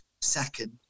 second